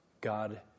God